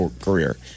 career